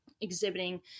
exhibiting